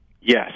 Yes